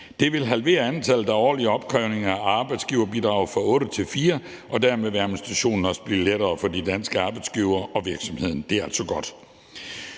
Det vil halvere antallet af årlige opkrævninger af arbejdsgiverbidrag fra otte til fire, og dermed vil administrationen også blive lettere for de danske arbejdsgivere og virksomheder. Det er altid godt.